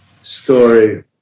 story